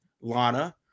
Lana